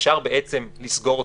אפשר לסגור אותו,